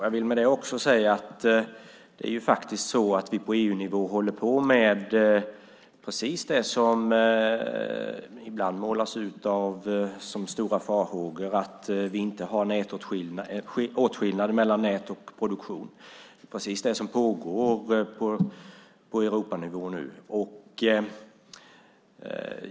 Jag vill med det också säga att vi på EU-nivå håller på med just det som ibland målas ut som en stor fara, nämligen att vi inte har åtskillnad mellan nät och produktion. Det är just det som pågår på Europanivå nu.